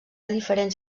diferents